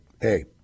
hey